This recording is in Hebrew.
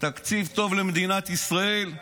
תקציב טוב למדינת ישראל.